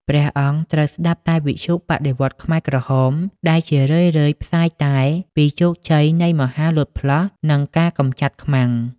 ព្រះអង្គត្រូវស្ដាប់តែវិទ្យុបដិវត្តន៍ខ្មែរក្រហម ដែលជារឿយៗផ្សាយតែពីជោគជ័យនៃមហាលោតផ្លោះ និងការកម្ចាត់ខ្មាំង។